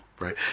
Right